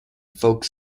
folk